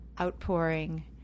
outpouring